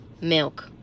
milk